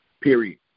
Period